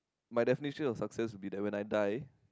my definition of success be right when I die